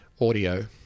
audio